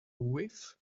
whiff